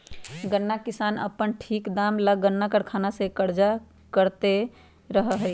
गन्ना किसान अपन ठीक दाम ला गन्ना कारखाना से चर्चा करते रहा हई